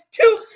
two